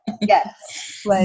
Yes